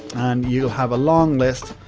and you'll have a long list.